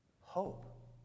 Hope